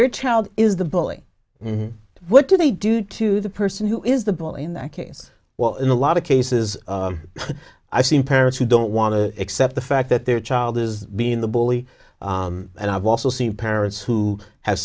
your child is the bully and what do they do to the person who is the ball in that case well in a lot of cases i've seen parents who don't want to accept the fact that their child is being the bully and i've also seen parents who have